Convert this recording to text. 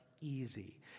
easy